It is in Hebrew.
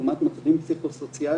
לעומת מצבים פסיכוסוציאליים,